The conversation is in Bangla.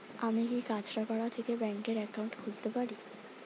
আমি কি কাছরাপাড়া থেকে ব্যাংকের একাউন্ট খুলতে পারি?